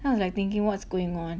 I was like thinking what's going on